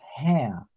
hair